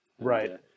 Right